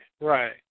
Right